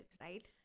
right